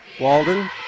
Walden